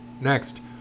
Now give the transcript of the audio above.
Next